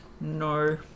No